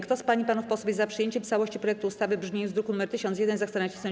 Kto z pań i panów posłów jest za przyjęciem w całości projektu ustawy w brzmieniu z druku nr 1001, zechce nacisnąć